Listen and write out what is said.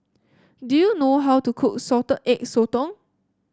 do you know how to cook Salted Egg Sotong